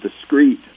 discrete